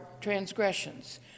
transgressions